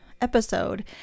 episode